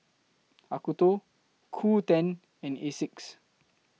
Acuto Qoo ten and Asics